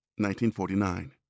1949